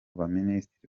baminisitiri